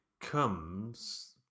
comes